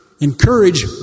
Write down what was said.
encourage